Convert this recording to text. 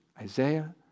Isaiah